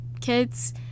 kids